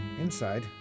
Inside